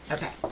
Okay